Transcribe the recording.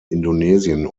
indonesien